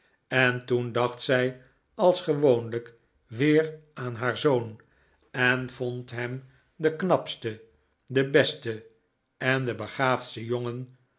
en toen dacht zij als gewoonlijk weer aan haar zoon en vond hem den knapsten den besten en den begaafdsten jongen